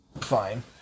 fine